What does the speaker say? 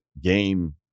Game